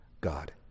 God